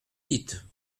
dites